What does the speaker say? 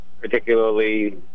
particularly